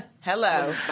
Hello